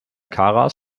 karas